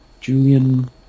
Julian